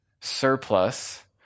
surplus